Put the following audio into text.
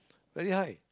very high